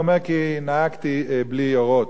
אומר: כי נהגתי בלי אורות.